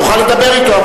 תוכל לדבר אתו.